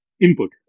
input